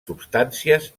substàncies